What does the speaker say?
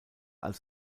als